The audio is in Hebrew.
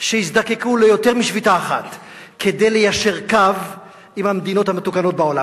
שיזדקקו ליותר משביתה אחת כדי ליישר קו עם המדינות המתוקנות בעולם.